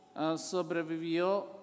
sobrevivió